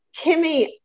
Kimmy